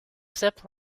zip